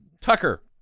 Tucker